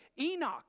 Enoch